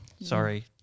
sorry